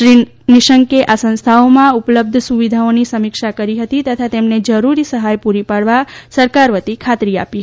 શ્રી નિશંકે આ સંસ્થાઓમાં ઉપલબ્ધ સુવિધાઓની સમીક્ષા કરી હતી તથા તેમને જરૂરી સહાય પુરી પાડવા સરકારવતી ખાતરી આપી હતી